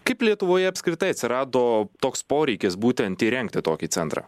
kaip lietuvoje apskritai atsirado toks poreikis būtent įrengti tokį centrą